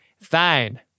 fine